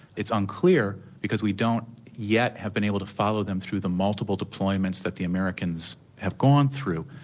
it's unclear because we don't yet have been able to follow them through the multiple deployments that the americans have gone through.